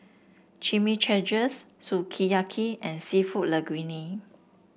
Chimichangas Sukiyaki and seafood Linguine